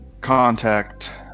contact